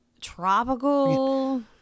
tropical